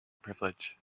privilege